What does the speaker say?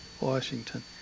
Washington